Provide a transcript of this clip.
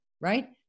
right